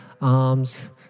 arms